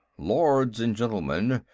lords and gentlemen,